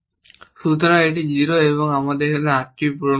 সুতরাং এটি 0 এখন আমাদের এটি 8 পূরণ করতে হবে